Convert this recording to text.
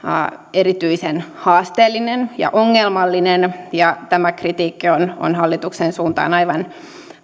erityisen haasteellinen ja ongelmallinen ja tämä kritiikki on hallituksen suuntaan